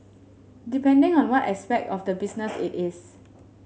depending on what aspect of the business it is